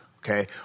okay